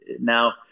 now